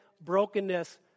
brokenness